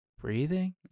breathing